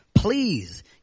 Please